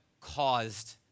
caused